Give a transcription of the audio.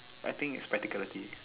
I think is practicality